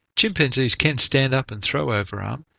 chimpanzees can stand up and throw over-arm,